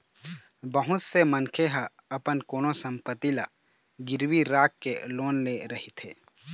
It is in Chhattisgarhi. बहुत से मनखे ह अपन कोनो संपत्ति ल गिरवी राखके लोन ले रहिथे